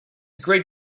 great